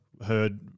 heard